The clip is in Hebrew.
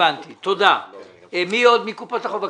מי עוד מקופות החולים?